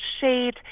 shade